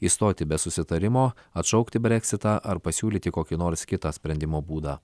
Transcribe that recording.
išstoti be susitarimo atšaukti breksitą ar pasiūlyti kokį nors kitą sprendimo būdą